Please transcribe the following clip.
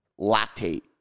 lactate